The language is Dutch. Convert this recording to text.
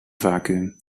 vacuüm